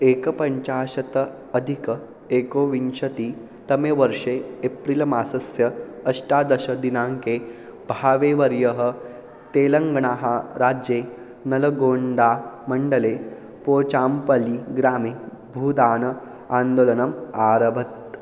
एकपञ्चाशत् अधिक एकविंशतितमे वर्षे एप्रिल मासस्य अष्टादशदिनाङ्के भावेवर्यः तेलङ्गाणाराज्ये नलगोण्डामण्डले पोचाम्पल्लिग्रामे भूदान आन्दोलनम् आरभत